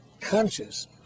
conscious